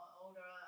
older